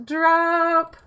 Drop